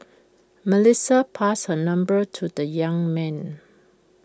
Melissa passed her number to the young man